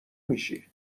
میشی